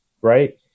Right